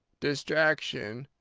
distraction,